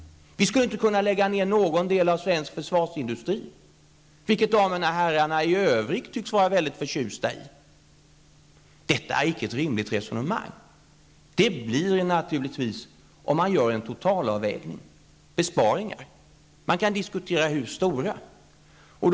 Vi skulle med det resonemanget inte kunna lägga ned någon del av svensk försvarsindustri, vilket damerna och herrarna i övrigt tycks vara mycket förtjusta i. Detta är icke ett rimligt resonemang! Om man gör en totalavvägning blir det naturligtvis besparingar. Man kan diskutera hur stora dessa skall vara.